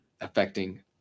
affecting